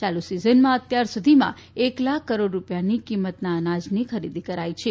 ચાલુ સીઝનમાં અત્યાર સુધીમાં એક લાખ કરોડ રૂપિયાની કિંમતના અનાજની ખરીદી કરાય છે